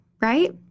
right